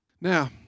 Now